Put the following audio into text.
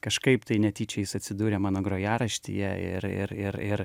kažkaip tai netyčia jis atsidūrė mano grojaraštyje ir ir ir ir